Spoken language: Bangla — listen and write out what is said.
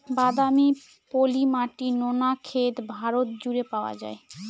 বাদামি, পলি মাটি, নোনা ক্ষেত ভারত জুড়ে পাওয়া যায়